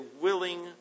willing